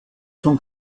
von